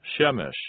Shemesh